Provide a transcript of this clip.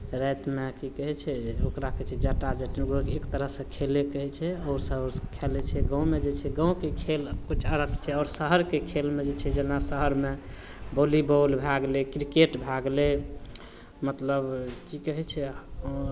रातिमे की कहै छै जे ओकरा कहै छै जट्टा जटिन ओ एक तरहसँ खेले कहै छै ओसभ खेलै छै गाँवमे जे छै गाँवके खेल किछु अलग छै आओर शहरके खेलमे जे छै जेना शहरमे वॉलीबॉल भए गेलै क्रिकेट भए गेलै मतलब की कहै छै